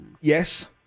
Yes